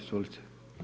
Izvolite.